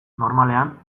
normalean